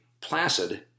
placid